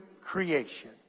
creation